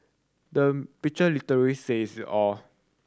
the picture literally says it all